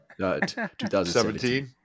2017